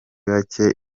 bacye